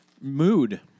Mood